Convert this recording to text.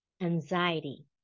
anxiety